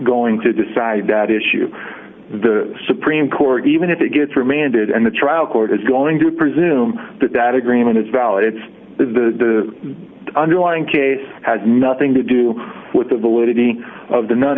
going to decide that issue the supreme court even if it gets remanded and the trial court is going to presume that that agreement is valid it's the underlying case has nothing to do with the validity of the non